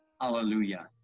Hallelujah